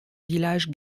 village